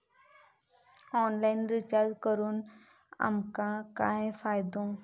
Online recharge करून आमका काय फायदो?